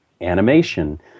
animation